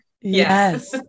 yes